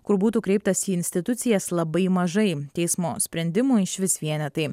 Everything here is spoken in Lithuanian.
kur būtų kreiptasi į institucijas labai mažai teismo sprendimų išvis vienetai